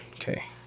Okay